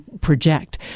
project